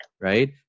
right